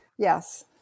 Yes